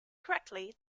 correctly